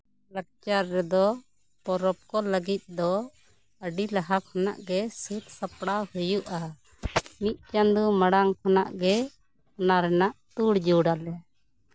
ᱞᱟᱠᱪᱟᱨ ᱨᱮᱫᱚ ᱯᱚᱨᱚᱵᱽ ᱠᱚ ᱞᱟᱹᱜᱤᱫ ᱫᱚ ᱟᱹᱰᱤ ᱞᱟᱦᱟ ᱠᱷᱚᱱᱟᱜ ᱜᱮ ᱥᱟᱹᱛ ᱥᱟᱯᱲᱟᱣ ᱦᱩᱭᱩᱜᱼᱟ ᱢᱤᱫ ᱪᱟᱸᱫᱳ ᱢᱟᱲᱟᱝ ᱠᱷᱚᱱᱟᱜ ᱜᱮ ᱚᱱᱟ ᱨᱮᱱᱟᱜ ᱛᱳᱲ ᱡᱳᱲ ᱟᱞᱮ